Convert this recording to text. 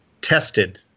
tested